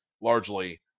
largely